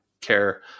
care